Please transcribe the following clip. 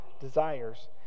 desires